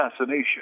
assassination